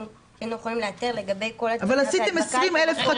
יכולים לאתר לגבי כל --- אבל עשיתם 20,000 חקירות.